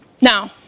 Now